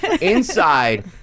Inside